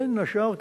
בין השאר,